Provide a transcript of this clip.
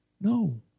no